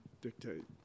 dictate